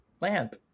Lamp